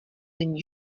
není